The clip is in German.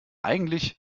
eigentlich